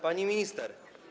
Pani Minister!